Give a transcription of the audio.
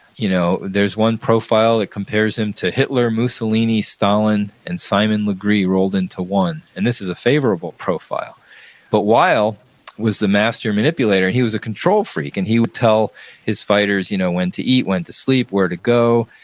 you know there's one profile that compares him to hitler, mussolini, stalin, and simon legree rolled into one, and this is a favorable profile but weill was the master manipulator. he was a control freak, and he would tell his fighters you know when to eat, when to sleep, where to go,